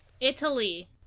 Italy